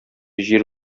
җир